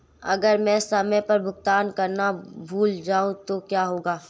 अगर मैं समय पर भुगतान करना भूल जाऊं तो क्या होगा?